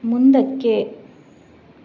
ಮುಂದಕ್ಕೆ